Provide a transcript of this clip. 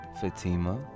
Fatima